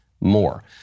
more